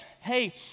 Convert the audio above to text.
hey